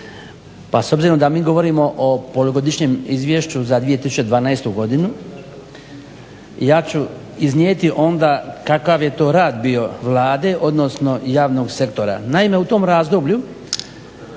Pa s obzirom da mi govorimo o polugodišnjem izvješću za 2012. godinu ja ću iznijeti onda kakav je to rad bio Vlade, odnosno javnog sektora. Naime u tom razdoblju